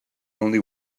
only